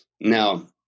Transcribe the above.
now